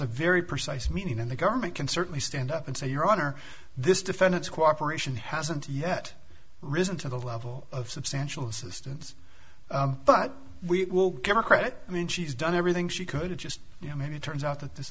a very precise meaning and the government can certainly stand up and say your honor this defendant's cooperation hasn't yet risen to the level of substantial assistance but we will give her credit i mean she's done everything she could it just you know i mean it turns out that this